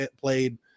played